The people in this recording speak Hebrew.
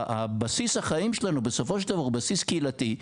בסיס החיים שלנו בסופו של דבר, הוא בסיס קהילתי,